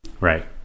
Right